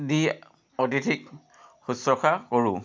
দি অতিথিক শুশ্ৰূষা কৰোঁ